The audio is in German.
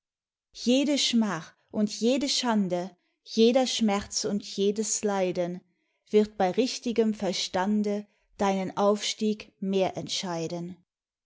jede schmach und jede schande jeder schmerz und jedes leiden wird bei richtigem verstande deinen aufstieg mehr entscheiden